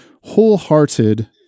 wholehearted